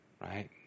right